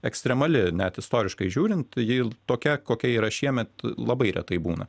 ekstremali net istoriškai žiūrint ji tokia kokia yra šiemet labai retai būna